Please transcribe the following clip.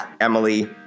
Emily